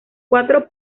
cuatro